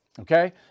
Okay